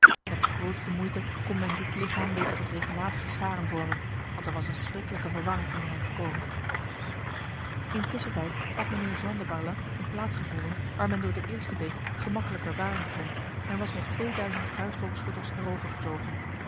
met de grootste moeite kon men dit lichaam weder tot regelmatige scharen vormen want er was een schriklijke verwarring onder hen gekomen intussentijd had mijnheer jean de barlas een plaats gevonden waar men door de eerste beek gemakkelijker waden kon en was met tweeduizend kruisboogschutters